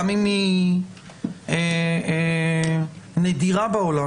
גם אם היא נדירה בעולם,